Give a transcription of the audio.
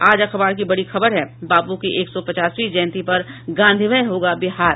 आज अखबार की बड़ी खबर है बापू की एक सौ पचासवीं जयंती पर गांधीमय होगा बिहार